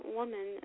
woman